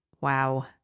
Wow